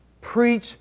preach